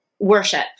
Worship